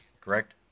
correct